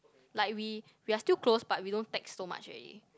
like we we're still close but we don't text so much already